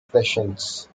sessions